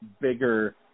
bigger